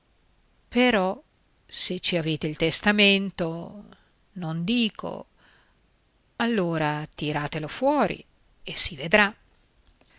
però se ci avete il testamento non dico allora tiratelo fuori e si vedrà